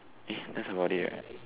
eh that's about it right